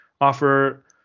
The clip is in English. offer